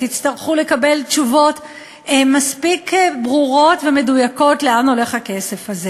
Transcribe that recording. תצטרכו לקבל תשובות מספיק ברורות ומדויקות לאן הכסף הולך.